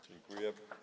Dziękuję.